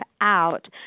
out